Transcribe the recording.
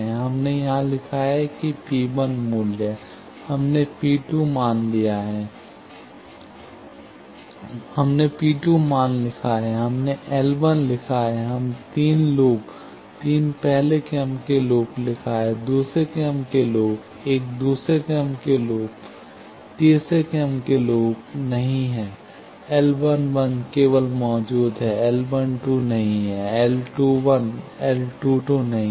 हमने यहां लिखा है P1 मूल्य हमने P2 मान लिखा है हमने L लिखा है हम तीन लूप तीन पहले क्रम के लूप लिखा है दूसरा क्रम के लूप एक दूसरा क्रम के लूप तीसरा क्रम के लूप नहीं है L केवल मौजूदा है L नहीं है L L नहीं है